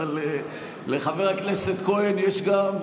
אבל לחבר הכנסת כהן יש גם,